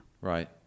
Right